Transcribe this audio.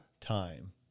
time